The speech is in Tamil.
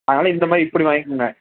அதனால் இந்த மாதிரி இப்படி வாங்கிக்கங்க